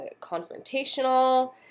confrontational